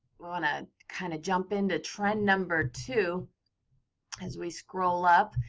want to kind of jump in to trend number two as we scroll up.